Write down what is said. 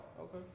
Okay